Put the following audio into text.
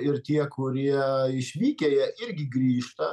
ir tie kurie išvykę jie irgi grįžta